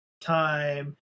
time